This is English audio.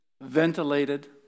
ventilated